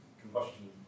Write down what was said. combustion